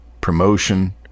promotion